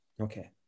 Okay